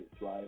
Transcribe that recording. right